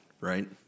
right